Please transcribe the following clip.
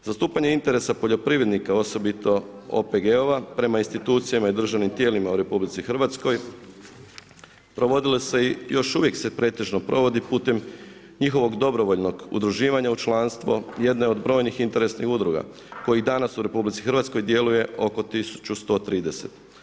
Zastupanje interesa poljoprivrednika, osobito OPG-ova prema institucijama i državnim tijelima u RH provodilo se i još uvijek se pretežno provodi, putem njihovog dobrovoljnog udruživanja u članstvo jedne od brojnih interesnih udruga koji danas u RH djeluje oko 1130.